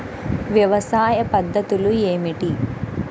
వ్యవసాయ పద్ధతులు ఏమిటి?